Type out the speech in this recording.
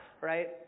right